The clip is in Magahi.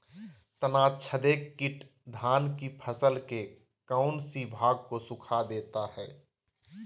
तनाछदेक किट धान की फसल के कौन सी भाग को सुखा देता है?